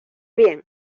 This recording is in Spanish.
bien